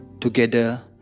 together